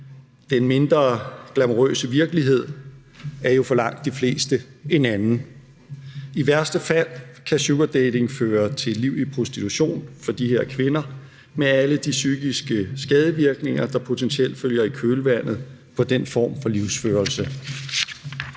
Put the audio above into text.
Den mindre glamourøse virkelighed er jo for langt de fleste en anden. I værste fald kan sugardating føre til et liv i prostitution for de her kvinder med alle de psykiske skadevirkninger, der potentielt følger i kølvandet på den form for livsførelse.